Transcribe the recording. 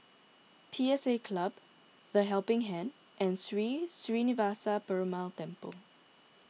P S A Club the Helping Hand and Sri Srinivasa Perumal Temple